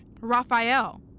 Raphael